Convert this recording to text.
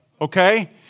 okay